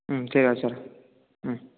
ம் சரி வச்சிடுறேன் ம்